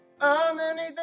underneath